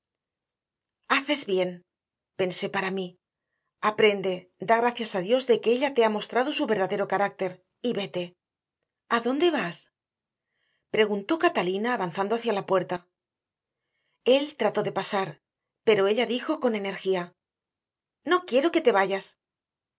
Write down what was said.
haces bien pensé para mí aprende da gracias a dios de que ella te haya mostrado su verdadero carácter y vete adónde vas preguntó catalina avanzando hacia la puerta él trató de pasar pero ella dijo con energía no quiero que te vayas